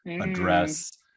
address